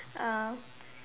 uh